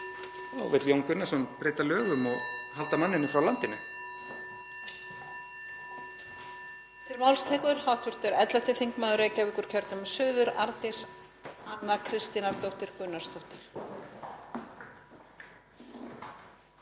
þá vill Jón Gunnarsson breyta lögum og halda manninum frá landinu.